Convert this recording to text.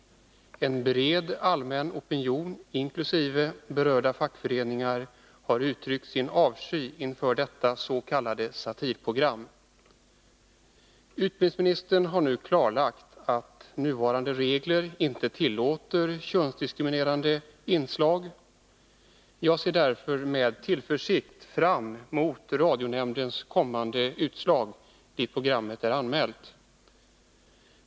En bred allmän opinion inkl. berörda fackföreningar har uttryckt sin avsky inför detta s.k. satirprogram. Utbildningsministern har nu klarlagt att nuvarande regler inte tillåter könsdiskriminerande inslag. Jag ser därför med tillförsikt fram mot kommande utslag från radionämnden, dit programmet är anmält.